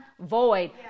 void